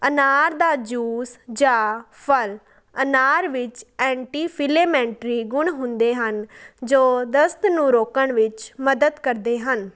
ਅਨਾਰ ਦਾ ਜੂਸ ਜਾਂ ਫਲ ਅਨਾਰ ਵਿੱਚ ਐਂਟੀ ਫਿਲੇਮੈਂਟਰੀ ਗੁਣ ਹੁੰਦੇ ਹਨ ਜੋ ਦਸਤ ਨੂੰ ਰੋਕਣ ਵਿੱਚ ਮਦਦ ਕਰਦੇ ਹਨ